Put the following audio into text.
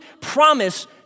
promise